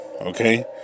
okay